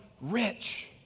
rich